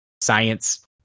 science